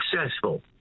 successful